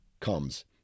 comes